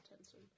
attention